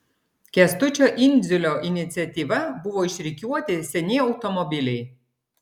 kęstučio indziulo iniciatyva buvo išrikiuoti seni automobiliai